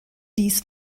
dies